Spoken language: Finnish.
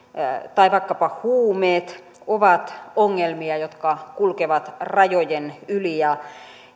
tai vaikkapa huumeet ovat ongelmia jotka kulkevat rajojen yli